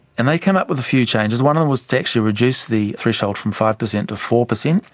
and they came up with a few changes. one of them was to actually reduce the threshold from five percent to four percent,